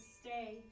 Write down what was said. stay